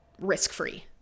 risk-free